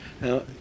Now